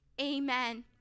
amen